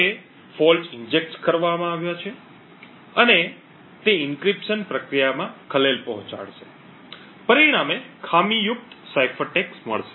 હવે ખામી ઈન્જેક્ટ કરવામાં આવી છે અને તે એન્ક્રિપ્શન પ્રક્રિયામાં ખલેલ પહોંચાડશે પરિણામે ખામીયુક્ત સાઇફર ટેક્સ્ટ મળશે